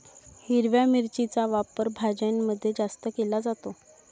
हिरव्या मिरचीचा वापर भाज्यांमध्ये जास्त केला जातो